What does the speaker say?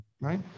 right